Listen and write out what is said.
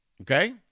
Okay